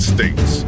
States